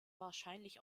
wahrscheinlich